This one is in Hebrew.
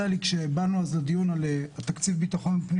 כשבאנו אז לדיון על תקציב המשרד לביטחון הפנים